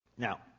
Now